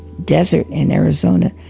desert in arizona,